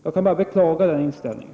Jag kan bara beklaga den inställningen.